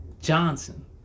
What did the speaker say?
Johnson